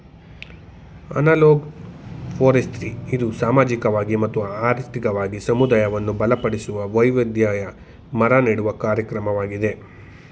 analog forestry ಇದು ಸಾಮಾಜಿಕವಾಗಿ ಮತ್ತು ಆರ್ಥಿಕವಾಗಿ ಸಮುದಾಯವನ್ನು ಬಲಪಡಿಸುವ, ವೈವಿಧ್ಯಮಯ ಮರ ನೆಡುವ ಕಾರ್ಯಕ್ರಮವಾಗಿದೆ